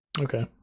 Okay